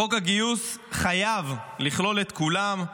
חוק הגיוס חייב לכלול את כולם.